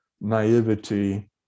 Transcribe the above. naivety